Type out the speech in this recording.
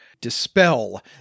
dispel